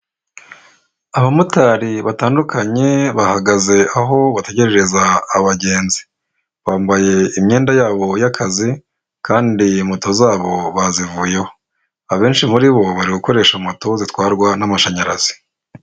Abamotari batandukanye bahagaze aho bategerereza abagenzi, bambaye imyenda yabo y'akazi kandi moto zabo bazivuyeho. Abenshi muri bo bari gukoresha moto zitwarwa n'amashanyarazi.